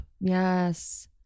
Yes